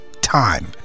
time